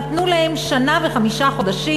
נתנו להם שנה וחמישה חודשים,